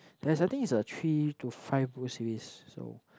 there's I think it's a three to five book series so